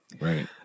right